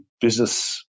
business